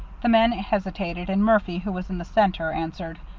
the men hesitated, and murphy, who was in the centre, answered,